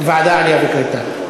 ועדת העלייה והקליטה.